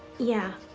yeah.